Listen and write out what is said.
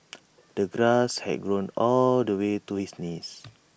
the grass had grown all the way to his knees